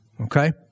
okay